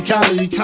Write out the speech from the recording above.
Cali